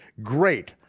great,